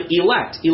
elect